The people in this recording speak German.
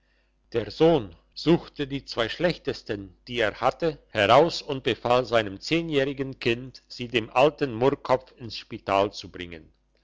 der sohn suchte die zwei schlechtesten die er hatte heraus und befahl seinem zehnjährigen kind sie dem alten murrkopf ins spital zu bringen